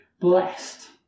blessed